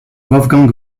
wolfgang